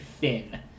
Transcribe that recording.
thin